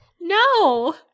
No